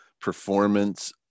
performance